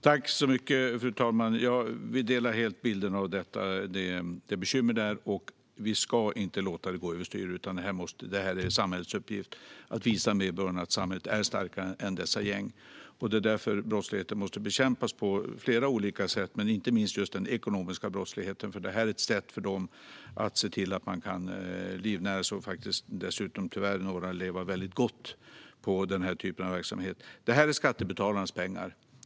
Fru talman! Vi är helt överens om vilket bekymmer detta är, och vi ska inte låta det gå över styr. Det är samhällets uppgift att visa medborgarna att samhället är starkare än dessa gäng. Det är därför brottsligheten måste bekämpas på flera olika sätt. Det gäller inte minst den ekonomiska brottsligheten, för den är ett sätt för kriminella att livnära sig och i några fall tyvärr leva väldigt gott på denna typ av verksamhet. Det här är skattebetalarnas pengar.